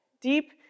deep